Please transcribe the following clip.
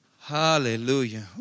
Hallelujah